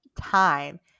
time